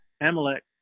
Amalek